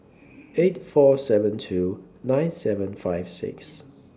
eight four seven two nine seven five six